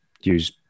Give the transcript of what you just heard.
use